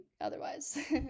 otherwise